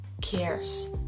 cares